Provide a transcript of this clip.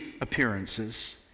appearances